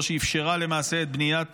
זו שאפשרה למעשה את בניית